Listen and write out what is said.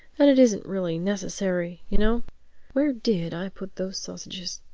and it isn't really necessary, you know where did i put those sausages?